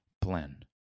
plan